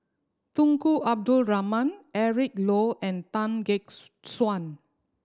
Tunku Abdul Rahman Eric Low and Tan Gek Suan